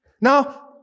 Now